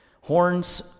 Horns